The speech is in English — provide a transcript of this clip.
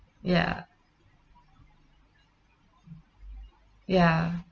ya ya